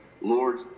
Lord